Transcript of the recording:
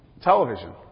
television